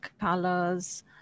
colors